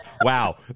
Wow